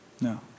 No